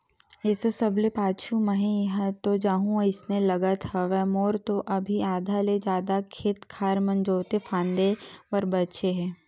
एसो सबले पाछू मही ह हो जाहूँ अइसे लगत हवय, मोर तो अभी आधा ले जादा खेत खार मन जोंते फांदे बर बचें हे